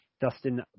Dustin